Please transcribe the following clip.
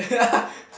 are